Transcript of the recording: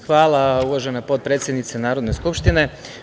Hvala, uvažena potpredsednice Narodne skupštine.